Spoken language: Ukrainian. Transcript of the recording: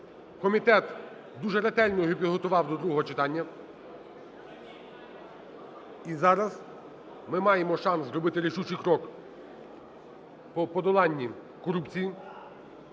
Комітет дуже ретельно його підготував до другого читання. І зараз ми маємо шанс зробити рішучий крок у подоланні корупції.